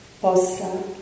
possa